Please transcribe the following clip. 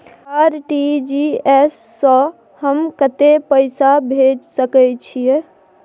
RTG S स हम कत्ते पैसा भेज सकै छीयै?